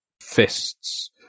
fists